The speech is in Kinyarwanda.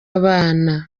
abana